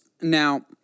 Now